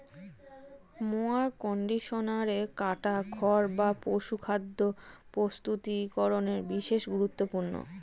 mower কন্ডিশনারে কাটা খড় বা পশুখাদ্য প্রস্তুতিকরনে বিশেষ গুরুত্বপূর্ণ